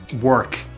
work